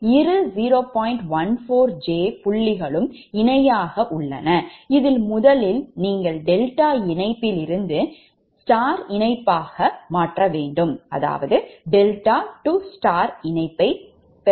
14j புள்ளிகளும் இணையாக உள்ளன இதை முதலில் நீங்கள் டெல்டா இணைப்பிலிருந்து நட்சத்திர இணைப்பாக மாற்ற வேண்டும்